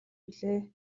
билээ